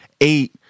eight